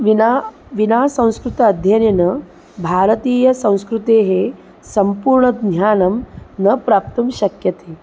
विना विना संस्कृत अध्ययनेन भारतीयसंस्कृतेः सम्पूर्णज्ञानं न प्राप्तुं शक्यते